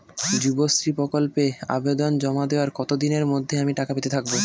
যুবশ্রী প্রকল্পে আবেদন জমা দেওয়ার কতদিনের মধ্যে আমি টাকা পেতে থাকব?